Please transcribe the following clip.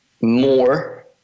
more